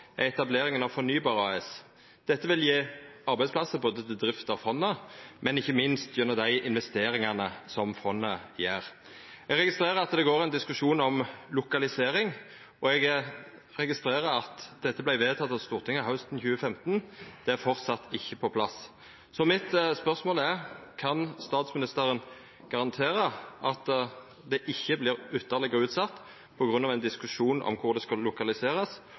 er etableringa av Fornybar AS. Dette vil gje arbeidsplassar til drift av fondet, men ikkje minst gjennom dei investeringane som fondet gjer. Eg registrerer at det går ein diskusjon om lokalisering, og eg registrerer at dette vart vedteke av Stortinget hausten 2015. Det er framleis ikkje på plass. Så spørsmålet mitt er: Kan statsministeren garantera at dette ikkje vert ytterlegare utsett på grunn av ein diskusjon om kvar det skal lokaliserast,